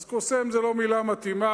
אז קוסם זו לא מלה מתאימה,